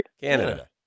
Canada